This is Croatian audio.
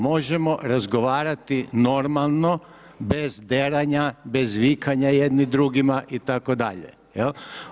Možemo razgovarati normalno bez deranja, bez vikanja jedni drugima itd., jel'